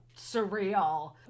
surreal